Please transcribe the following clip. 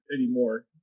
anymore